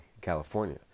California